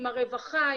עם הרווחה,